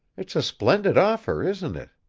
it's a splendid offer, isn't it!